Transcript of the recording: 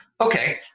okay